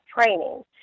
training